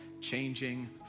changing